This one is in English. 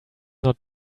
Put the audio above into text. not